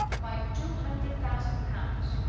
quite two hundred thousand pounds!